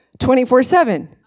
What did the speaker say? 24-7